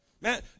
man